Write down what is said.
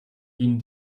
ihnen